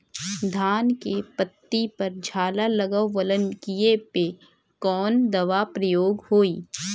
धान के पत्ती पर झाला लगववलन कियेपे कवन दवा प्रयोग होई?